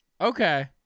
Okay